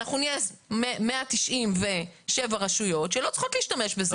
נהיה ב-197 רשויות שלא צריכות להשתמש בזה.